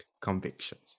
convictions